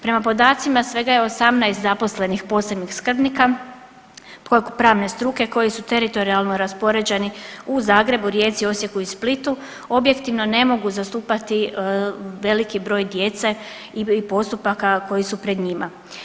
Prema podacima, svega je 18 zaposlenih posebnih skrbnika pravne struke koji su teritorijalno raspoređeni u Zagrebu, Rijeci, Osijeku i Splitu, objektivno ne mogu zastupati veliki broj djece i postupaka koji su pred njima.